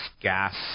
gas